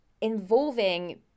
involving